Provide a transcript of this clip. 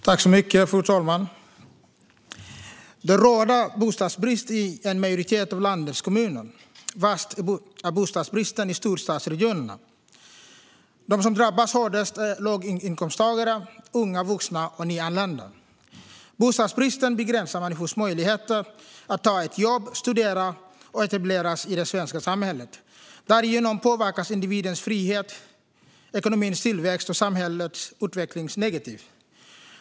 Fru talman! Det råder bostadsbrist i en majoritet av landets kommuner. Värst är bostadsbristen i storstadsregionerna. De som drabbas hårdast är låginkomsttagare, unga vuxna och nyanlända. Bostadsbristen begränsar människors möjligheter att ta ett jobb, studera och etableras i det svenska samhället. Därigenom påverkas individens frihet, ekonomins tillväxt och samhällets utveckling negativt.